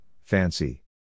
fancy